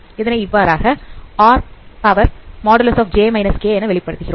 அதனை இவ்வாறாக r|j k| வெளிப்படுத்துகிறோம்